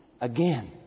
Again